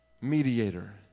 mediator